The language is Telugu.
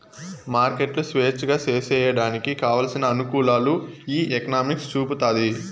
మార్కెట్లు స్వేచ్ఛగా సేసేయడానికి కావలసిన అనుకూలాలు ఈ ఎకనామిక్స్ చూపుతాది